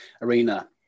arena